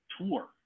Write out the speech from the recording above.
tour